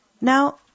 Now